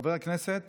חבר הכנסת